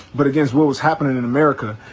but against what was happenin' in america.